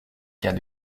cas